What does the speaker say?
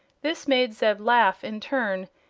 this made zeb laugh, in turn,